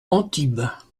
antibes